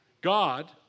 God